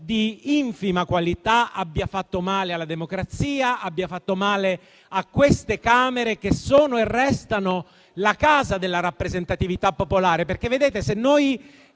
di infima qualità, abbia fatto male alla democrazia e a queste Camere, che sono e restano la casa della rappresentatività popolare.